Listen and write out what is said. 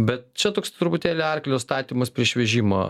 bet čia toks truputėlį arklio statymas prieš vežimą